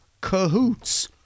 CAHOOTS